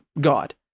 God